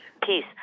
peace